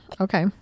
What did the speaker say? Okay